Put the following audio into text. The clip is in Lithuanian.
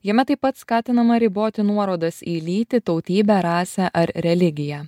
jame taip pat skatinama riboti nuorodas į lytį tautybę rasę ar religiją